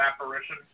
apparition